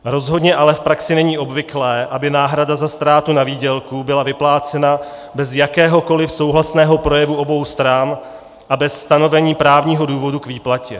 Rozhodně ale v praxi není obvyklé, aby náhrada za ztrátu na výdělku byla vyplácena bez jakéhokoliv souhlasného projevu obou stran a bez stanovení právního důvodu k výplatě.